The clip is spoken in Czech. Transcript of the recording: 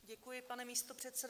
Děkuji, pane místopředsedo.